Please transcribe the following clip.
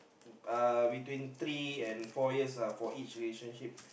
uh between three and four years uh for each relationship